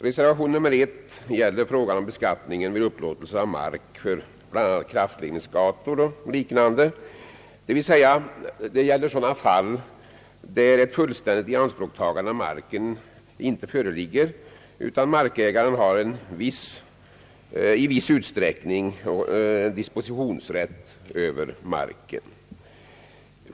Reservation 1 gäller frågan om beskattningen vid upplåtelse av mark för bl.a. kraftledningsgator och liknande, d.v.s. sådana fall där ett fullständigt ianspråktagande av marken inte föreligger utan markägaren i viss mån har dispositionsrätt över marken.